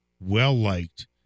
well-liked